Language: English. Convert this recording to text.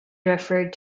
referred